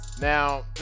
Now